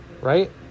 right